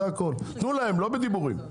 תנו להם, לא בדיבורים.